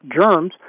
Germs